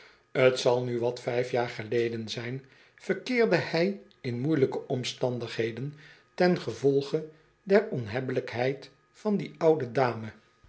t zal nu zoo wat vy'f jaar geleden zijn verkeerde hij in moeielyke omstandigheden tengevolge der onhebbelijkheid van die oude dame